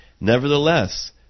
Nevertheless